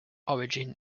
origin